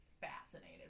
fascinated